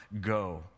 go